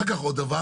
אחר כך עוד דבר,